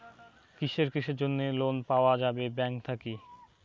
কিসের কিসের জন্যে লোন পাওয়া যাবে ব্যাংক থাকি?